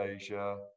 Asia